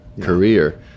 career